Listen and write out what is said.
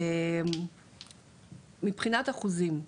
מבחינת אחוזים,